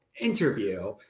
interview